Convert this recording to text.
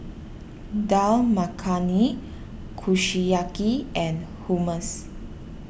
Dal Makhani Kushiyaki and Hummus